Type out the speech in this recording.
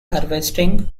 harvesting